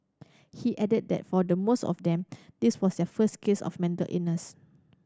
he added that for the most of them this was their first case of mental illness